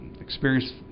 experience